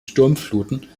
sturmfluten